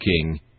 king